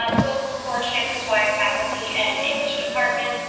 um both for campus-wide faculty and the english department.